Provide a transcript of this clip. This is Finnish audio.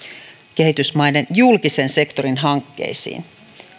kehitysmaiden julkisen sektorin hankkeisiin